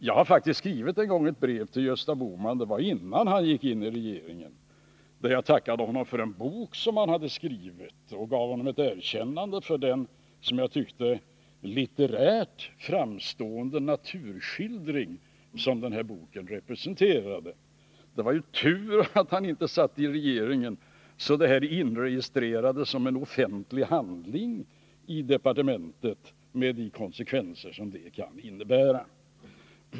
Jag har faktiskt en gång skrivit ett brev till Gösta Bohman. Det var innan han gick in i regeringen. Där tackade jag honom för en bok som han skrivit och gav honom ett erkännande för den som jag tyckte litterärt framstående naturskildring som den boken representerade. Det var tur att han inte satt i regeringen så att det brevet inregistrerades som en offentlig handling i departementet med de konsekvenser som det kan innebära.